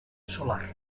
solar